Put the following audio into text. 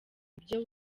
ibyo